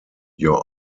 your